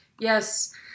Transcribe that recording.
yes